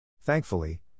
Thankfully